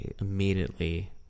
immediately